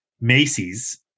macy's